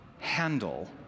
handle